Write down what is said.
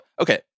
okay